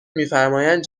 میفرمایند